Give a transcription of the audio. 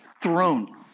throne